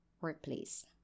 workplace